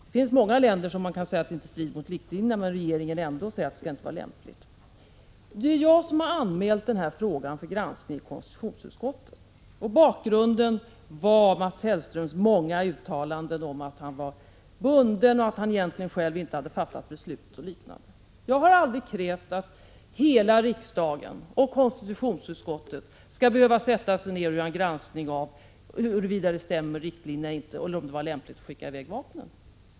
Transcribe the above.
Det finns många länder där man säger att en export inte strider mot riktlinjerna men där regeringen ändå säger att det inte är lämpligt att exportera. Det är jag som har anmält den här frågan för granskning i konstitutionsutskottet. Bakgrunden var Mats Hellströms många uttalanden om att han var bunden, att han egentligen inte själv hade fattat beslut och liknande. Jag har aldrig krävt att hela riksdagen och konstitutionsutskottet skall behöva sätta sig ned och göra en granskning av huruvida exporten stämmer med riktlinjerna eller inte och huruvida det var lämpligt att skicka i väg vapnen.